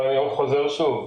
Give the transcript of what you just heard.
אבל אני חוזר שוב.